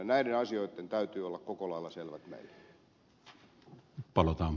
näiden asioitten täytyy olla koko lailla selvät meille